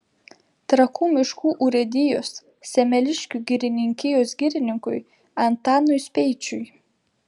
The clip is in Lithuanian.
trakų miškų urėdijos semeliškių girininkijos girininkui antanui speičiui